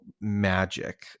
magic